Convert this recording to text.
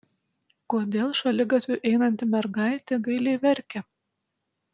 kodėl šaligatviu einanti mergaitė gailiai verkia